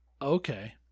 Okay